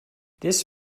this